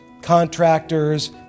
contractors